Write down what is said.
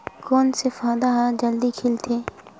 कोन से पौधा ह जल्दी से खिलथे?